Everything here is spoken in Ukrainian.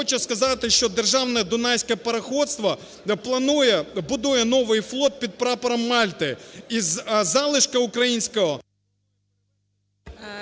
хочу сказати, що державне Дунайське пароходство будує новий флот під прапором Мальти, із залишку українського…